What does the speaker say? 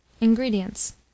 Ingredients